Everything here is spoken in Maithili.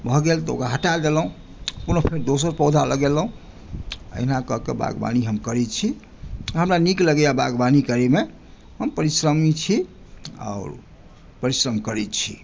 भऽ गेल तऽ ओकरा हटा देलहुँ कोनो फेर दोसर पौधा लगेलहुँ अहिना कऽ के बागवानी हम करैत छी हमरा नीक लगैए बागवानी करयमे हम परिश्रमी छी आओर परिश्रम करैत छी